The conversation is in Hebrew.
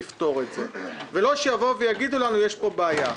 ולא יגידו לנו שיש פה בעיה.